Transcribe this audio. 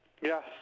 Yes